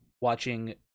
watching